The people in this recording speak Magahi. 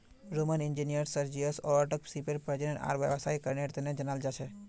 रोमन इंजीनियर सर्जियस ओराटाक सीपेर प्रजनन आर व्यावसायीकरनेर तने जनाल जा छे